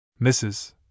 Mrs